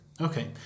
okay